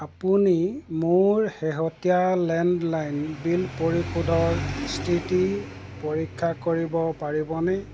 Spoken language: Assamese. আপুনি মোৰ শেহতীয়া লেণ্ডলাইন বিল পৰিশোধৰ স্থিতি পৰীক্ষা কৰিব পাৰিবনে